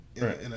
right